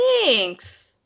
thanks